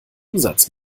umsatz